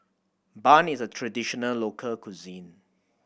bun is a traditional local cuisine